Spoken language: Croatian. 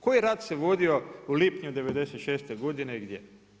Koji rat se vodio u lipnju '96. godine i gdje?